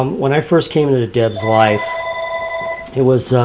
um when i first came into debbie's life it was